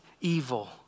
evil